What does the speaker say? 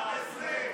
כאן 11,